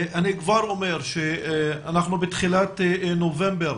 אני כבר אומר שאנחנו בתחילת נובמבר